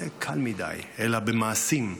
זה קל מדי, אלא במעשים,